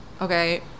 okay